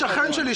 השכן שלי,